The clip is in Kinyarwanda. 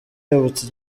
yubatse